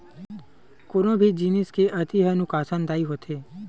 कोनो भी जिनिस के अति ह नुकासानदायी होथे